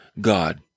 God